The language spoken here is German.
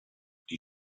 die